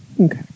Okay